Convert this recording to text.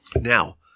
Now